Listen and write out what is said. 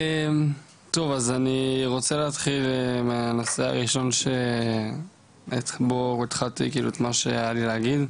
אני רוצה להתחיל מהנושא הראשון שבו התחלתי את מה שהיה לי להגיד,